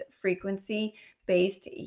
frequency-based